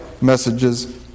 Messages